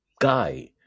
guy